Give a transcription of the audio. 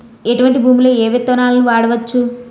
ఎటువంటి భూమిలో ఏ విత్తనాలు వాడవచ్చు?